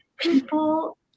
people